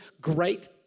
great